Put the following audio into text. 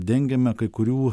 dengiame kai kurių